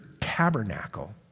tabernacle